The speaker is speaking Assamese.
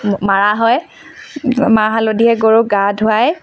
মাৰা হয় মাহ হালধিৰে গৰুক গা ধুৱাই